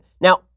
Now